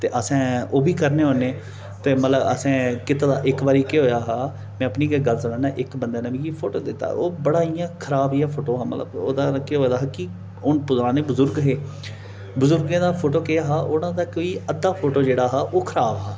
ते असें ओह् बी करने होन्नें ते मतलब असें कीते दा इक बारी केह् होएया हा में अपनी गै गल्ल सनानां इक बंदे ने मिगी फोटो दित्ता ओह् बड़ा इ'यां खराब जनेहा फोटो हा मतलब ओह्दा केह् होए दा हा कि हून पराने बजुर्ग हे बजुर्गें दा फोटो केह् हा ओह् ना कोई उंदा अद्धा फोटो जेह्ड़ा हा ओह् खराब हा